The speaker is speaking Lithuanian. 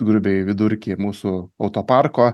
grubiai vidurkį mūsų autoparko